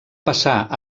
passar